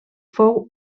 fou